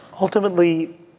Ultimately